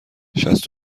شصت